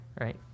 right